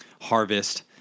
harvest